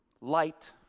light